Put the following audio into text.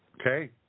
Okay